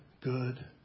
good